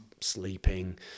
sleeping